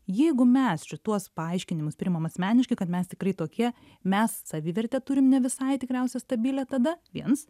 jeigu mes šituos paaiškinimus priimam asmeniškai kad mes tikrai tokie mes savivertę turim ne visai tikriausia stabilią tada viens